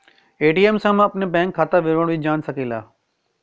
ATM से हम अपने बैंक खाता विवरण भी जान सकीला